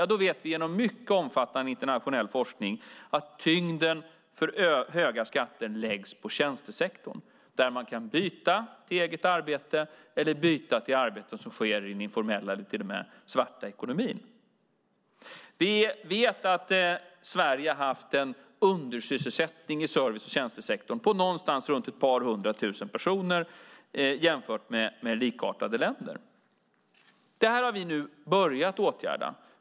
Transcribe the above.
Vi vet genom mycket omfattande internationell forskning att tyngden för höga skatter läggs på tjänstesektorn där man kan byta till eget arbete eller byta till arbeten som sker i den informella eller till och med i den svarta ekonomin. Vi vet att Sverige har haft en undersysselsättning i service och tjänstesektorn på någonstans runt ett par hundra tusen personer jämfört med likartade länder. Detta har vi nu börjat åtgärda.